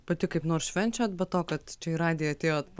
pati kaip nors švenčiant be to kad čia į radiją atėjot